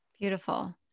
Beautiful